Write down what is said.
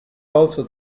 also